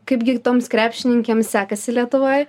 kaipgi toms krepšininkėms sekasi lietuvoj